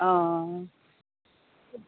অ